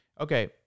Okay